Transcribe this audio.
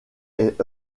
est